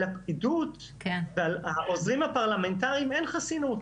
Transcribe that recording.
על הפקידות ועל העוזרים הפרלמנטריים אין חסינות.